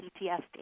ptsd